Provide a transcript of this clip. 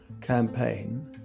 campaign